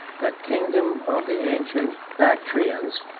the kingdom of the ancient bactrians.